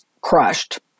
crushed